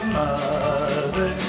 mother